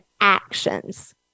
actions